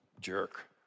jerk